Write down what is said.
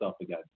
again